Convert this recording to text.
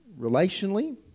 relationally